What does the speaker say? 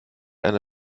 eine